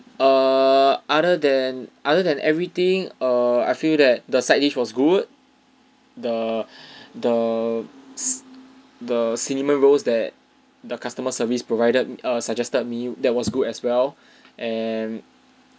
err other than other than everything err I feel that the side dish was good the the c~ the cinnamon rolls that the customer service provided err suggested me that was good as well and